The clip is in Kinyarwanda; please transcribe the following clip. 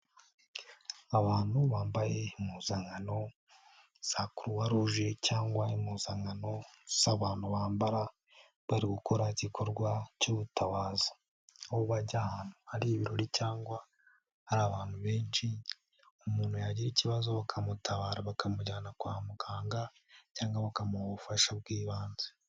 Abantu bambaye impuzankano za Kuruwaruje cyangwa impuzankano z'abantu bambara bari gukora igikorwa cy'ubutabazi, aho bajya ahantu hari ibirori cyangwa hari abantu benshi, umuntu yagira ikibazo bakamutabara, bakamujyana kwa muganga cyangwa bakamuha ubufasha bw'ibanze.